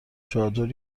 چادر